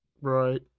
right